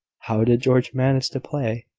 how did george manage to play?